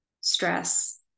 stress